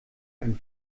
ein